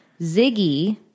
Ziggy